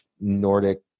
nordic